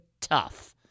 tough